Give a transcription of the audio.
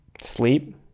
sleep